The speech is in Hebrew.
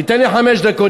תיתן לי חמש דקות,